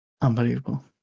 Unbelievable